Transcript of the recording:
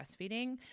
breastfeeding